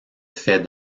fait